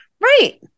Right